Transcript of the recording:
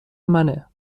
منه